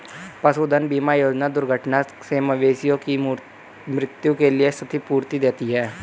पशुधन बीमा योजना दुर्घटना से मवेशियों की मृत्यु के लिए क्षतिपूर्ति देती है